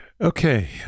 Okay